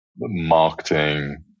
marketing